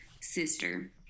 sister